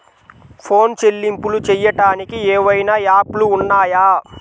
Phone చెల్లింపులు చెయ్యటానికి ఏవైనా యాప్లు ఉన్నాయా?